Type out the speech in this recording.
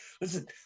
Listen